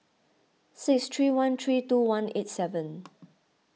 six three one three two one eight seven